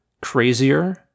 crazier